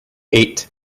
eight